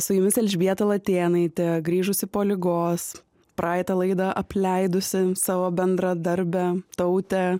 su jumis elžbieta latėnaitė grįžusi po ligos praeitą laidą apleidusi savo bendradarbę tautę